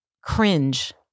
cringe